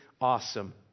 awesome